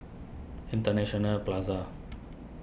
International Plaza